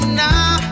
now